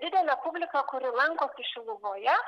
didelę publiką kuri lanko šiluvoje